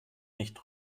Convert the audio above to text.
nicht